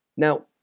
Now